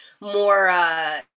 more